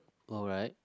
alright